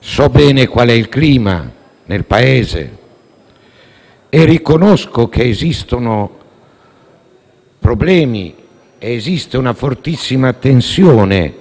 So bene qual è il clima nel Paese e riconosco che esistono problemi e una fortissima tensione